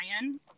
Ryan